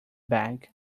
bag